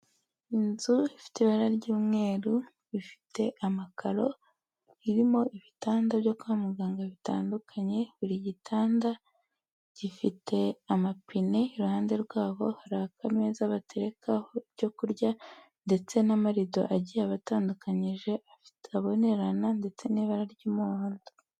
Inzu ifite ibara ry'umweru ifite amakaro, irimo ibitanda byo kwa muganga bitandukanye, buri gitanda, gifite amapine; iruhande rwabo hari akameza baterekaho ibyo kurya, ndetse n'amarido agiye abatandukanyije, atabonerana ndetse n'ibara ry'umuhondo.